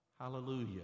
Hallelujah